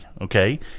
okay